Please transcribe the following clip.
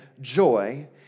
joy